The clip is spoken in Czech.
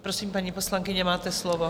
Prosím, paní poslankyně, máte slovo.